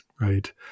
right